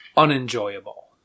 Unenjoyable